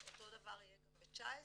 אותו דבר יהיה גם ב-2019.